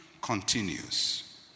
continues